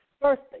first